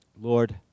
Lord